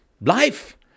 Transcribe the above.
life